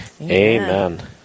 amen